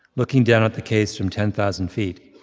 looking down at the case from ten thousand feet.